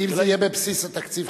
אם זה יהיה בבסיס התקציב,